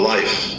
Life